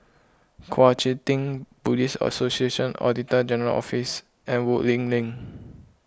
Kuang Chee Tng Buddhist Association Auditor General's Office and Woodleigh Link